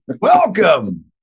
welcome